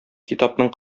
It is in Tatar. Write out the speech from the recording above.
китапның